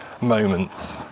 moments